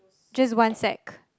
just one sack